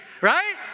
right